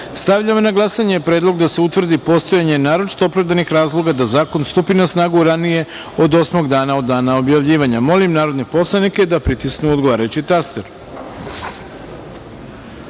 na glasanje predlog da se utvrdi postojanje naročito opravdanih razloga da zakon stupi na snagu ranije od 8. dana od dana objavljivanja. Molim poslanike da pritisnu odgovarajući